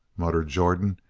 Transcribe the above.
muttered jordan.